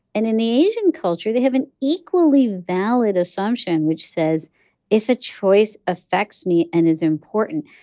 and in the asian culture, they have an equally valid assumption, which says if a choice affects me and is important,